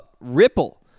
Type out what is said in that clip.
Ripple